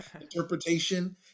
interpretation